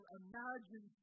imagine